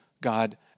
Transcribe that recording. God